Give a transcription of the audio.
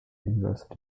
university